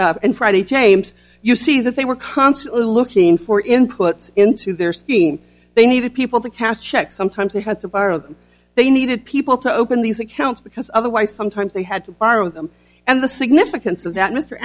mister friday james you see that they were constantly looking for input into their scheme they needed people to cast checks sometimes they had to borrow they needed people to open these accounts because otherwise sometimes they had to borrow them and the significance of that mr